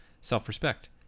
self-respect